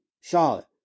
Charlotte